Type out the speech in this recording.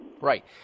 Right